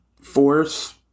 force